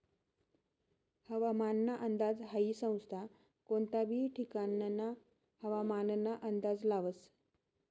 हवामानना अंदाज हाई संस्था कोनता बी ठिकानना हवामानना अंदाज लावस